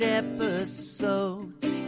episodes